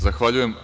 Zahvaljujem.